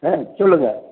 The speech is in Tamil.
ஆ சொல்லுங்கள்